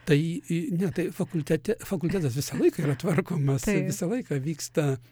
tai ne tai fakultete fakultetas visą laiką yra tvarkomas visą laiką vyksta